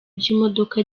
by’imodoka